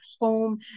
home